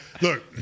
look